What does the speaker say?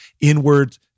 inward